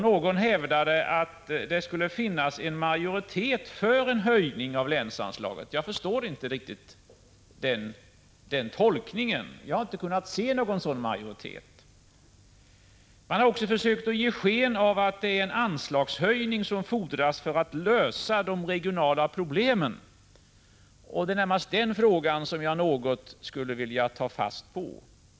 Någon hävdade att det skulle finnas en majoritet för en dylik höjning. Jag förstår inte riktigt den tolkningen. Jag har inte kunnat se någon sådan majoritet. Man har också försökt ge sken av att det är en anslagshöjning som fordras för att vi skall lösa de regionalpolitiska problemen. Det är närmast den frågan som jag skulle vilja ta fatt i.